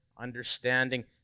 understanding